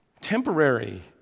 temporary